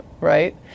right